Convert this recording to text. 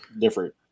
different